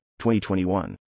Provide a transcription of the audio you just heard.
2021